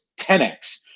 10x